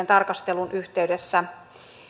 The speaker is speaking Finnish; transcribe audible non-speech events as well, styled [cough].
[unintelligible] tarkastelun yhteydessä